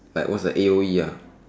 like what's the A_O_E ah